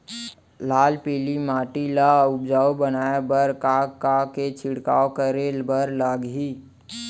लाल पीली माटी ला उपजाऊ बनाए बर का का के छिड़काव करे बर लागही?